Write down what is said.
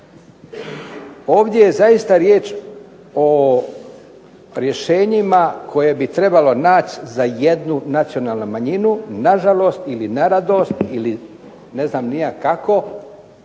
Ovdje je zaista riječ o rješenjima koje bi trebalo naći za jednu nacionalnu manjinu, nažalost ili na radost ili ne znam ni ja kako,